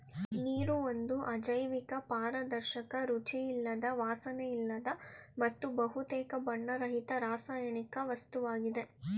ನೀರು ಒಂದು ಅಜೈವಿಕ ಪಾರದರ್ಶಕ ರುಚಿಯಿಲ್ಲದ ವಾಸನೆಯಿಲ್ಲದ ಮತ್ತು ಬಹುತೇಕ ಬಣ್ಣರಹಿತ ರಾಸಾಯನಿಕ ವಸ್ತುವಾಗಿದೆ